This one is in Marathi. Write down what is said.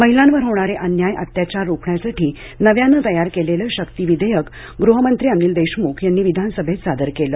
महिलांवर होणारे अन्याय अत्याचार रोखण्यासाठी नव्यानं तयार केलेलं शक्ती विधेयक गृहमंत्री अनिल देशमुख यांनी विधानसभेत सादर केलं